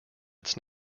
its